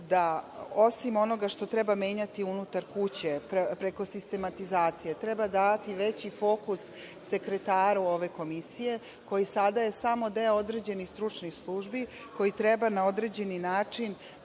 da osim onoga što treba menjati unutar kuće, preko sistematizacije, treba davati veći fokus sekretaru ove komisije koji je sada samo deo određenih stručnih službi, koji treba na određeni način